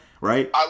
right